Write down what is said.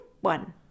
One